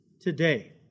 today